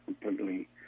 completely